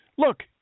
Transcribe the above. Look